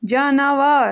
جاناوار